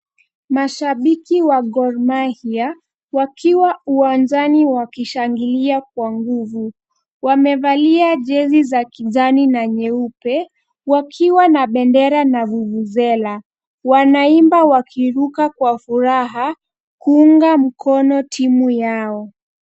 Mashabiki wa Gor Mahia wakiwa uwanjani wakishangilia kwa nguvu. Wamevalia jezi za kijani na nyeupe ,wakiwa na bendera na vuvuzela. Wanaimba wakiruka kwa furaha kuunga mkono timu yao.